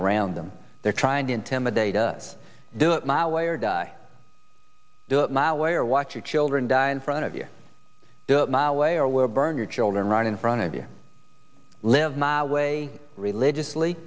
around them they're trying to intimidate us do it my way or die do it my way or watch your children die in front of you away or we'll burn your children right in front of you live my way religiously